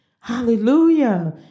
Hallelujah